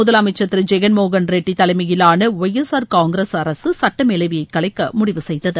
முதலமைச்சர் திரு ஜெகன்மோகன் ரெட்டி தலைமையிலான ஒய் எஸ் ஆர் காங்கிரஸ் அரசு சட்ட மேலவையை கலைக்க முடிவு செய்தது